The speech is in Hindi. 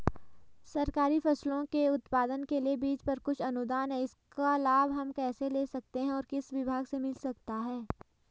सरकारी फसलों के उत्पादन के लिए बीज पर कुछ अनुदान है इसका लाभ हम कैसे ले सकते हैं और किस विभाग से मिल सकता है?